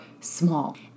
small